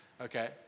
Okay